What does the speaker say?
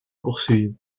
poursuivent